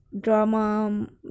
drama